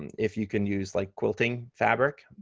if you can use like quilting fabric,